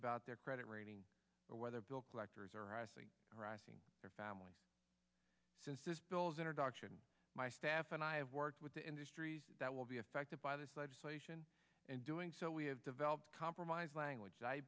about their credit rating or whether bill collectors are honestly harassing their families since this bill's introduction my staff and i have worked with the industries that will be affected by this legislation and doing so we have developed a compromise language i